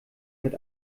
mit